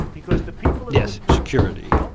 because the people. yes. security,